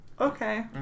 Okay